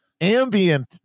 ambient